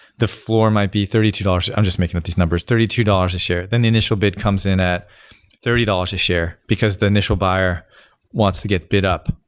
the floor might be thirty two dollars. i'm just making up these numbers, thirty two dollars a share. then the initial bid comes in that thirty dollars a share, because the initial buyer wants to get bid up.